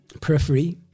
periphery